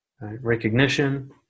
Recognition